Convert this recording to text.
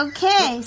Okay